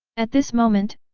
at this moment,